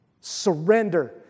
Surrender